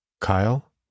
Kyle